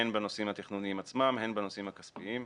הן בנושאים התכנוניים עצמם, הן בנושאים הכספיים.